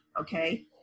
okay